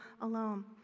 alone